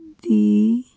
ਦੀ